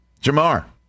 Jamar